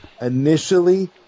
initially